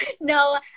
No